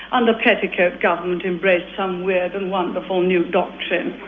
under petticoat government embraced some weird and wonderful new doctrine.